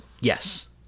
yes